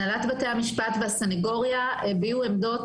הנהלת בתי המשפט והסנגוריה הביעו עמדות